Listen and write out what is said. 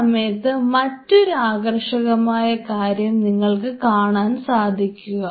ആ സമയത്ത് മറ്റൊരു ആകർഷകമായ കാര്യം നിങ്ങൾക്ക് കാണാൻ സാധിക്കും